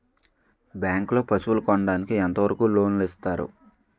Bank లో పశువుల కొనడానికి ఎంత వరకు లోన్ లు ఇస్తారు?